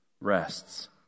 rests